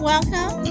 Welcome